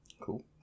Cool